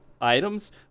items